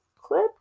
clip